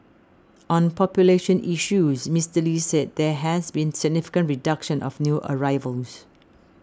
on population issues Mister Lee said there has been significant reduction of new arrivals